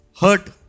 hurt